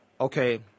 Okay